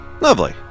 Lovely